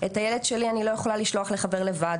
את הילד שלי אני לא יכולה לשלוח לחבר לבד,